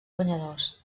guanyadors